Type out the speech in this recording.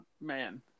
man